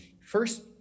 first